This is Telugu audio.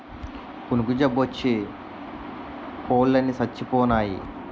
కునుకు జబ్బోచ్చి కోలన్ని సచ్చిపోనాయి